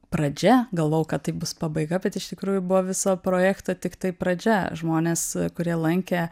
pradžia galvojau kad tai bus pabaiga bet iš tikrųjų buvo viso projekto tiktai pradžia žmonės kurie lankė